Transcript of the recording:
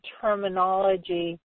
terminology